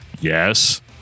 yes